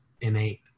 innate